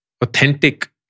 authentic